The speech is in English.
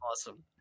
Awesome